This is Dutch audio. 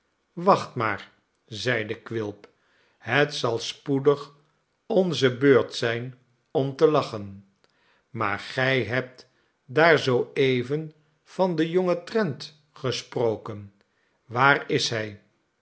wacht maar zeide quilp het zal spoedig onze beurt zijn om te lachen maar gij hebt daar zoo even van den jongen trent gesproken waar is hij